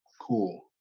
cool